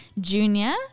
Junior